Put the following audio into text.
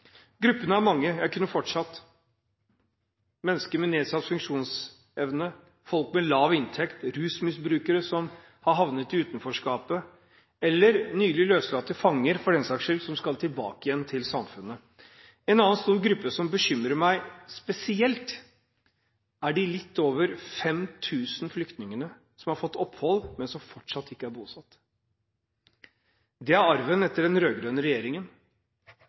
Gruppene er mange, jeg kunne fortsatt – mennesker med nedsatt funksjonsevne, folk med lav inntekt, rusmisbrukere som har havnet utenfor, eller nylig løslatte fanger, for den saks skyld – som skal tilbake igjen til samfunnet. En annen stor gruppe som bekymrer meg spesielt, er de litt over 5 000 flyktningene som har fått opphold, men som fortsatt ikke er bosatt. Det er arven etter den rød-grønne regjeringen.